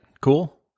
Cool